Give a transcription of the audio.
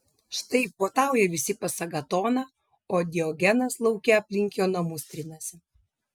štai puotauja visi pas agatoną o diogenas lauke aplink jo namus trinasi